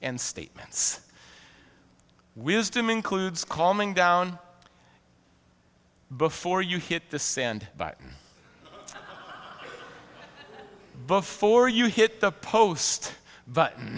and statements wisdom includes calming down before you hit the send button before you hit the post button